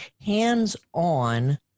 hands-on